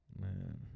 Man